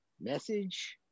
message